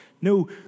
No